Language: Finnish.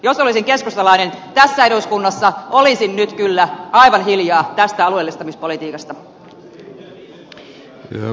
jos olisin keskustalainen tässä eduskunnassa olisin nyt kyllä aivan hiljaa tästä alueellistamispolitiikasta